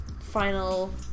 final